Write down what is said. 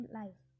life